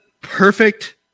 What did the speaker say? perfect